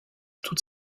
toute